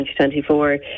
2024